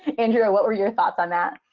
andrea, what were your thoughts on that?